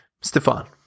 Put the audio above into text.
Stefan